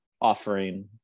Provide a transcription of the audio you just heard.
offering